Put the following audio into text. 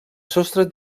sostres